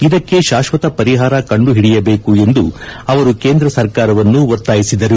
ಇದಕ್ಕೆ ಶಾಶ್ವತ ಪರಿಹಾರ ಕಂಡುಹಿಡಿಯಬೇಕು ಎಂದು ಅವರು ಕೇಂದ್ರ ಸರ್ಕಾರವನ್ನು ಒತ್ತಾಯಿಸಿದರು